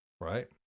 Right